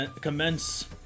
commence